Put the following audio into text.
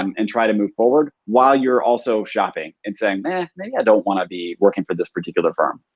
um and try to move forward while you're also shopping and saying, maybe i don't wanna be working for this particular firm.